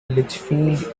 lichfield